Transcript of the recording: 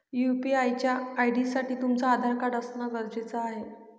UPI च्या ID साठी तुमचं आधार कार्ड असण गरजेच आहे